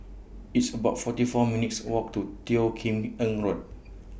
It's about forty four minutes' Walk to Teo Kim Eng Road